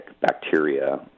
bacteria